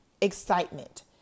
excitement